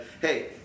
hey